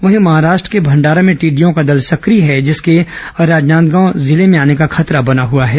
वहीं महाराष्ट्र के भंडारा में टिड्डियों का दल सक्रिय है जिसके राजनादगांव जिले में आने का खतरा बना हुआ है